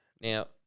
now